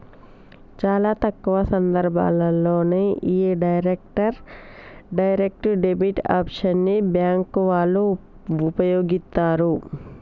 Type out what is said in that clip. చాలా తక్కువ సందర్భాల్లోనే యీ డైరెక్ట్ డెబిట్ ఆప్షన్ ని బ్యేంకు వాళ్ళు వుపయోగిత్తరు